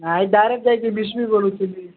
ନାଇଁ ଡାରେରେକ୍ଟ ଯାଇକି ବୋଲୁଥିଲି